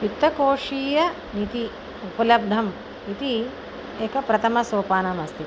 वित्तकोषीयनिधिः उपलब्धम् इति एकं प्रथमं सोपानम् अस्ति